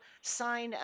sign